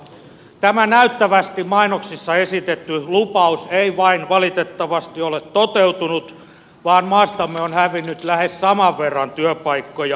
tämä näyttävästi mainoksissa esitetty lupaus ei vain valitettavasti ole toteutunut vaan maastamme on hävinnyt lähes saman verran työpaikkoja